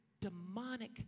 demonic